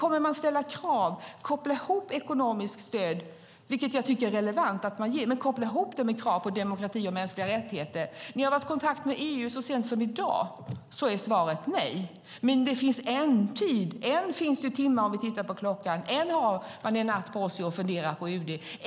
Kommer man att ställa krav och koppla ihop ekonomiskt stöd - som jag tycker att det är relevant att ge - med krav på demokrati och mänskliga rättigheter? Ni har varit i kontakt med EU så sent som i dag, och svaret är nej. Men än finns det tid. Om vi tittar på klockan ser vi att det än finns timmar. Än har man på UD en natt på sig för att fundera.